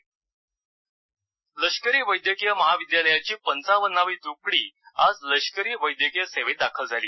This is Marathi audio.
एएफएमसी तुकडी दाखल लष्करी वैद्यकीय महाविद्यालयाची पंचावन्नावी तुकडी आज लष्करी वैद्यकीय सेवेत दाखल झाली